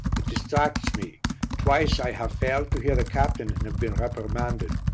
it distracts me twice i have failed to hear the captain and have been reprimanded.